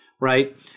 right